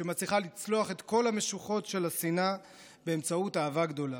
שמצליחה לצלוח את כל המשוכות של השנאה באמצעות אהבה גדולה.